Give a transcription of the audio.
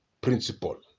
principle